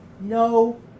no